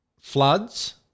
floods